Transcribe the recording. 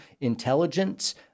Intelligence